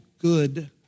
good